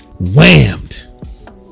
whammed